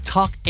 Talk